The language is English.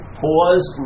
pause